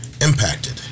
impacted